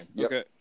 Okay